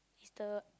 is the